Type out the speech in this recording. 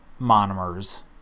monomers